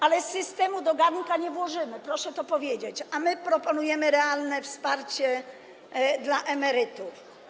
Ale systemu do garnka nie włożymy, proszę to powiedzieć, a my proponujemy realne wsparcie dla emerytów.